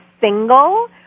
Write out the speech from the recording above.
single